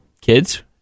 kids